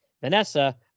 Vanessa